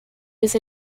was